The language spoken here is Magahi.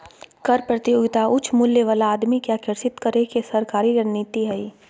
कर प्रतियोगिता उच्च मूल्य वाला आदमी के आकर्षित करे के सरकारी रणनीति हइ